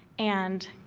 and